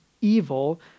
evil